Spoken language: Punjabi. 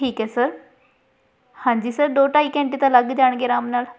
ਠੀਕ ਹੈ ਸਰ ਹਾਂਜੀ ਸਰ ਦੋ ਢਾਈ ਘੰਟੇ ਤਾਂ ਲੱਗ ਜਾਣਗੇ ਆਰਾਮ ਨਾਲ